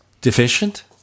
deficient